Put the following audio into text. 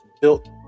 built